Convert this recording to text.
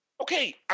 Okay